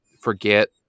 forget